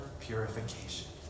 purification